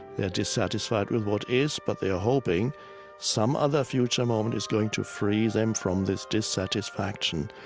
they are dissatisfied with what is but they are hoping some other future moment is going to free them from this dissatisfaction.